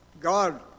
God